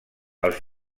els